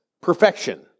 Perfection